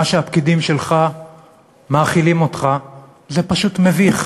כי מה שהפקידים שלך מאכילים אותך זה פשוט מביך.